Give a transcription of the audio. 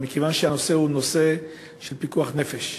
אבל מכיוון שהנושא הוא נושא של פיקוח נפש,